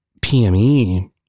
PME